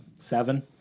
Seven